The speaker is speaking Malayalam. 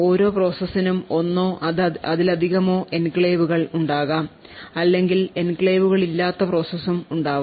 ഓരോ പ്രോസസ്സിനും ഒന്നോ അതിലധികമോ എൻക്ലേവുകൾ ഉണ്ടാകാം അല്ലെങ്കിൽ എൻക്ലേവുകളില്ലാത്ത പ്രോസസും ഉണ്ടാവാം